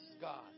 God